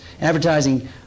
Advertising